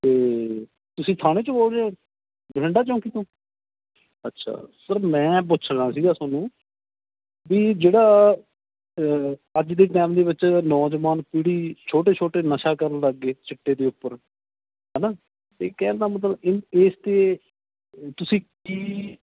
ਅਤੇ ਤੁਸੀਂ ਥਾਣੇ 'ਚੋਂ ਬੋਲ ਰਹੇ ਹੋ ਮੋਰਿੰਡਾ ਚੌਂਕੀ ਤੋਂ ਅੱਛਾ ਸਰ ਮੈਂ ਪੁੱਛਣਾ ਸੀਗਾ ਤੁਹਾਨੂੰ ਵੀ ਜਿਹੜਾ ਅੱਜ ਦੇ ਟਾਈਮ ਦੇ ਵਿੱਚ ਨੌਜਵਾਨ ਪੀੜ੍ਹੀ ਛੋਟੇ ਛੋਟੇ ਨਸ਼ਾ ਕਰਨ ਲੱਗ ਗਏ ਚਿੱਟੇ ਦੇ ਉੱਪਰ ਹੈ ਨਾ ਤਾਂ ਕਹਿਣ ਦਾ ਮਤਲਬ ਇਹ ਇਸ 'ਤੇ ਅ ਤੁਸੀਂ ਕੀ